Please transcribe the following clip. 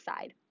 side